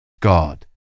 God